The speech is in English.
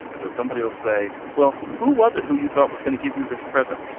and so somebody will say, well, who was it who you thought was going to give you this present?